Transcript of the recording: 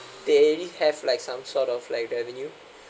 they already have like some sort of like revenue